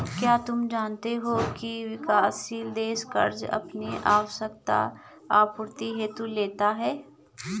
क्या तुम जानते हो की विकासशील देश कर्ज़ अपनी आवश्यकता आपूर्ति हेतु लेते हैं?